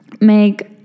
make